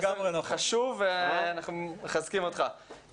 מסר חשוב ואנחנו מחזקים אותך.